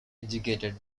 educated